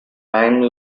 time